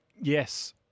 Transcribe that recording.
yes